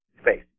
space